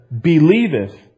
believeth